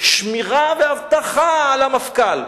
שמירה ואבטחה על המפכ"ל.